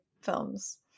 films